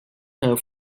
her